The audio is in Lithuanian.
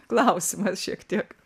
klausimas šiek tiek